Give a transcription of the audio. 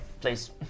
please